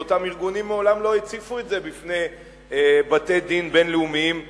ואותם ארגונים מעולם לא הציפו את זה בפני בתי-דין בין-לאומיים חיצוניים.